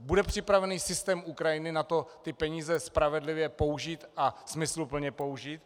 Bude připraven systém Ukrajiny na to peníze spravedlivě použít a smysluplně použít?